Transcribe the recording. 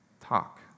talk